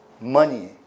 money